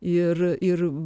ir ir